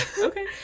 Okay